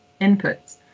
inputs